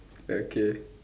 okay